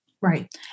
Right